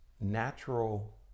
natural